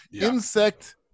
Insect